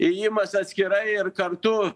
ėjimas atskirai ir kartu